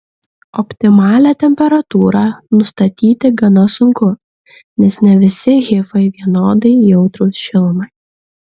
optimalią temperatūrą nustatyti gana sunku nes ne visi hifai vienodai jautrūs šilumai